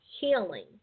healing